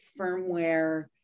firmware